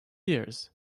years